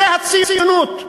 זאת הציונות: